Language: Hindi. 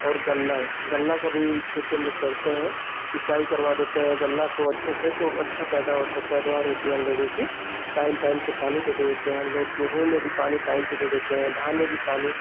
और गन्ना गन्ना का भी खेती हम लोग करते हैं सिंचाई करवा देते हैं गन्ना को अच्छे से तो अच्छा पैदा होता है पैदावार होती है हम लोगों कि टाइम टाइम से पानी दे देते हैं हम लोग गेहूँ में भी पानी टाइम से दे देते हैं धान में भी पानी